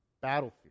battlefield